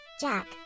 Jack